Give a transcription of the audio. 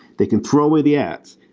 they can throw away the ads,